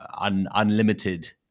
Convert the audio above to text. unlimited